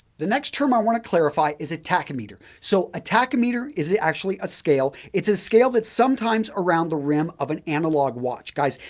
the next term i want to clarify is a tachymeter. so, a tachymeter is actually a scale, it's a scale that sometimes around the rim of an analog watch. guys,